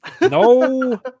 No